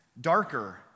darker